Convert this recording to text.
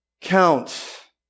count